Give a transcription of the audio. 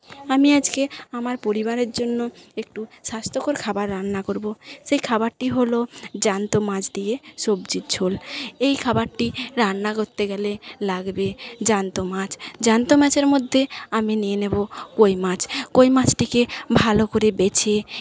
আমি আজকে আমার পরিবারের জন্য একটু স্বাস্থ্যকর খাবার রান্না করব সেই খাবারটি হল জ্যান্ত মাছ দিয়ে সবজির ঝোল এই খাবারটি রান্না করতে গেলে লাগবে জ্যান্ত মাছ জ্যান্ত মাছের মধ্যে আমি নিয়ে নেব কই মাছ কই মাছটিকে ভালো করে বেছে